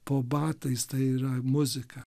po batais tai yra muzika